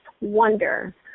wonder